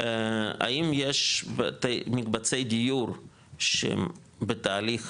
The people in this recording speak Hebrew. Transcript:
האם יש מקבצי דיור שהם בתהליך